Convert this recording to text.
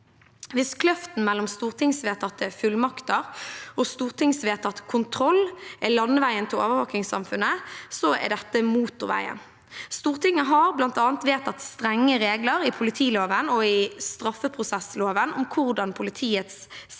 Hvis kløften mellom stortingsvedtatte fullmakter og stortingsvedtatt kontroll er landeveien til overvåkingssamfunnet, er dette motorveien. Stortinget har bl.a. vedtatt strenge regler i politiloven og i straffeprosessloven om hvordan Politiets sikkerhetstjeneste